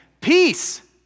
peace